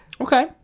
Okay